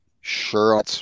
sure